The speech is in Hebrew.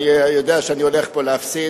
אני יודע שאני הולך להפסיד,